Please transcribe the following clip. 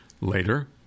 Later